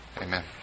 Amen